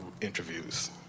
interviews